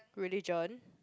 religion